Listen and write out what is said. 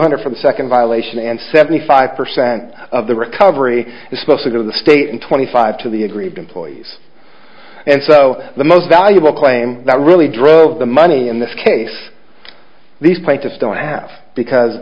hundred for the second violation and seventy five percent of the recovery is supposed to go to the state and twenty five to the aggrieved employees and so the most valuable claim that really drove the money in this case these plaintiffs don't have because